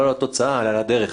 לא על התוצאה אלא על הדרך.